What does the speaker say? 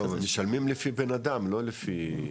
לא, הם משלמים לפי בנאדם, לא לפי.